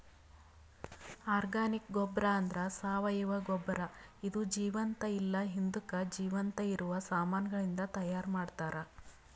organic ಗೊಬ್ಬರ ಅಂದ್ರ ಸಾವಯವ ಗೊಬ್ಬರ ಇದು ಜೀವಂತ ಇಲ್ಲ ಹಿಂದುಕ್ ಜೀವಂತ ಇರವ ಸಾಮಾನಗಳಿಂದ್ ತೈಯಾರ್ ಮಾಡ್ತರ್